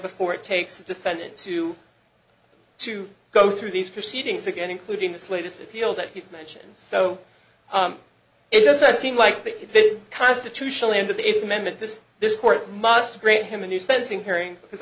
before it takes the defendants to to go through these proceedings again including this latest appeal that he mentions so it doesn't seem like the constitutional into the eighth amendment this this court must grant him a new sensing hearing because